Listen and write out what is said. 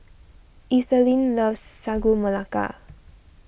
Ethelene loves Sagu Melaka